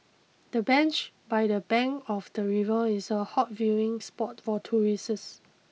the bench by the bank of the river is a hot viewing spot for tourists